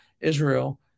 Israel